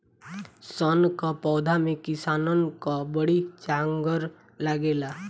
सन कअ पौधा में किसानन कअ बड़ी जांगर लागेला